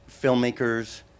filmmakers